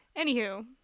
anywho